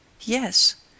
Yes